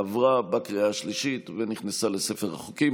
עברה בקריאה השלישית ונכנסה לספר החוקים.